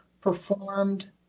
performed